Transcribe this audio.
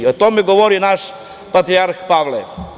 O tome je govorio naš patrijarh Pavle.